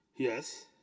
Yes